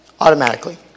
Automatically